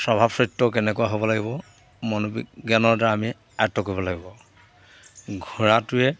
স্বভাৱ চৰিত্ৰ কেনেকুৱা হ'ব লাগিব মনোবিজ্ঞানৰ দ্বাৰা আমি আয়ত্ব কৰিব লাগিব ঘোঁৰাটোৱে